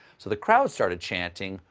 so the crowd started chanting,